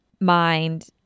mind